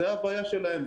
זאת הבעיה שלהם,